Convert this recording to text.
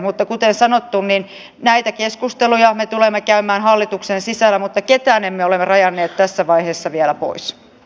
mutta kuten sanottu näitä keskusteluja me tulemme käymään hallituksen sisällä mutta ketään emme ole rajanneet tässä vaiheessa vielä pois